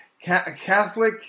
Catholic